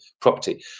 property